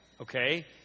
okay